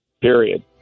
period